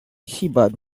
shivered